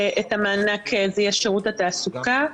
המענק יהיה שירות התעסוקה,